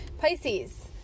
Pisces